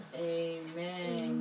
Amen